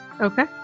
Okay